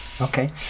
Okay